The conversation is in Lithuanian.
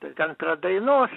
tai ten prie dainos